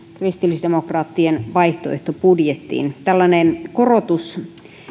kristillisdemokraattien vaihtoehtobudjettiin tällainen korotus